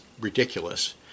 ridiculous